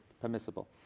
permissible